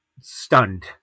stunned